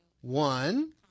One